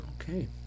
Okay